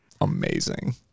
amazing